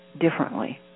differently